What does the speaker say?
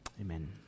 Amen